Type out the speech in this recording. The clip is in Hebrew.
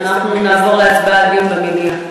אנחנו נעבור להצבעה על דיון במליאה.